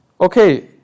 Okay